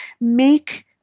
make